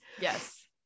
Yes